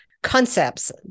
concepts